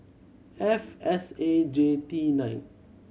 F S A J T nine